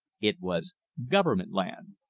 it was government land.